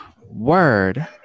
word